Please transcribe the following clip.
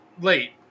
late